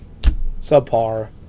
subpar